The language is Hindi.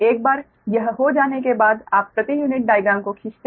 एक बार यह हो जाने के बाद आप प्रति यूनिट डाइग्राम को खींचते हैं